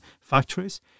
factories